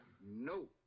No